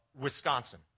Wisconsin